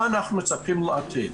מה אנחנו מצפים לעתיד.